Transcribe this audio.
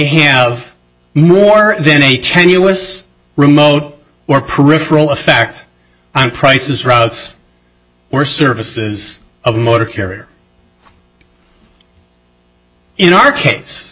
have more than a tenuous remote or peripheral effect on prices routes or services of motor carrier in our case